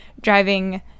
driving